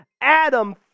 Adam